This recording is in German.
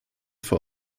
vor